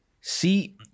see